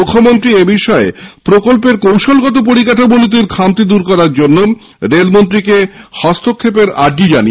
মুখ্যমন্ত্রী এই বিষয়ে প্রকল্পের কৌশলগত পরিকাঠামো নীতির খামতি দূর করার জন্যে রেলমন্ত্রীকে হস্তক্ষপের অনুরোধ জানান